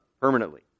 permanently